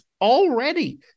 already